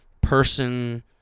person